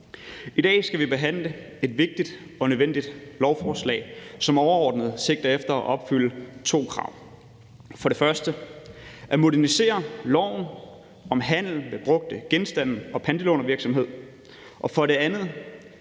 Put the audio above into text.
I dag skal vi behandle et vigtigt og nødvendigt lovforslag, som overordnet sigter efter at opfylde to krav: for det første at modernisere loven om handel med brugte genstande og pantelånervirksomhed, og for det andet